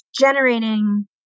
generating